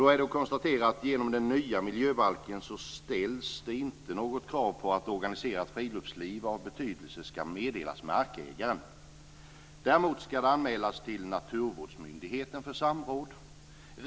Man kan konstatera att i den nya miljöbalken ställs det inte något krav på att organiserat friluftsliv av betydelse ska meddelas markägaren. Däremot ska det anmälas till naturvårdsmyndigheten för samråd.